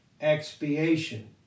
expiation